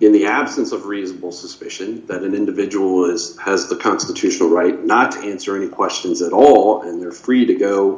in d the absence of reasonable suspicion that an individual is has the constitutional right not to answer any questions at all and they're free to go